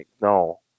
No